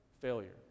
failure